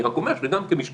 אני רק אומר שגם כמשפטן,